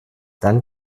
dann